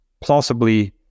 plausibly